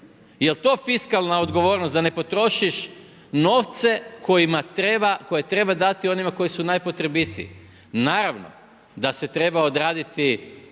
Jel to fiskalan odgovornost, da ne potrošiš novce koje treba dati onima koji su najpotrebitiji. Naravno da se treba odraditi